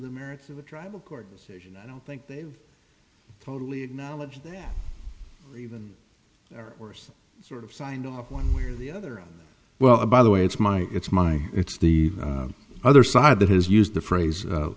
the merits of a tribal court decision i don't think they've totally acknowledge that even or worse sort of signed off one way or the other well by the way it's my it's my it's the other side that has used the phrase